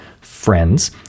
Friends